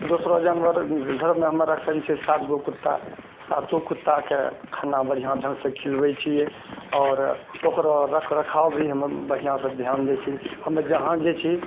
आओर दूसरो जानवर घरमे हमे रखै नहि छी सात गो कुत्ता सातो कुत्ताके खाना बढ़िआँ ढङ्गसँ खिलबै छी आओर ओकरो रख रखाव भी हम बढ़िआँसँ ध्यान दै छी हमे जहाँ जाइ छी